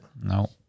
No